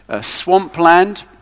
swampland